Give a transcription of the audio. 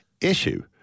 issue